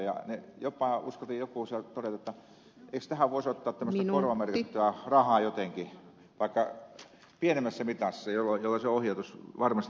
ja jopa uskalsi joku sieltä todeta että eikö tähän voisi olla tämmöistä korvamerkittyä rahaa jotenkin vaikka pienemmässä mitassa jolloin se ohjautuisi varmasti tähän työllistämiseen